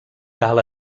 cal